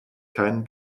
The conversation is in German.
kein